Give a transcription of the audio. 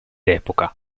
epoca